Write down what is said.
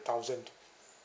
thousand